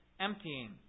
emptying